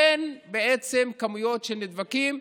אין כמויות של נדבקים,